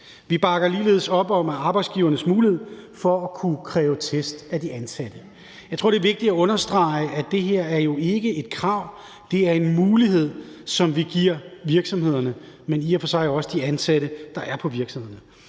Vi bakker ligeledes op om arbejdsgivernes mulighed for at kunne kræve test af de ansatte. Jeg tror, det er vigtigt at understrege, at det her jo ikke er et krav, men en mulighed, som vi giver virksomhederne, men i og for sig også de ansatte, der er på virksomhederne.